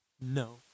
No